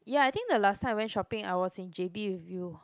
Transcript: ya I think the last time I went shopping I was in J_B with you